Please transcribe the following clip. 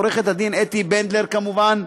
עורכת-הדין אתי בנדלר כמובן,